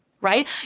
right